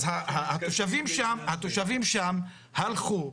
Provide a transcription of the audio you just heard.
התושבים שם הלכו,